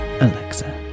Alexa